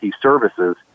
services